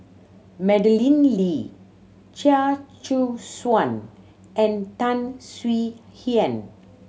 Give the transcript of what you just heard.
Madeleine Lee Chia Choo Suan and Tan Swie Hian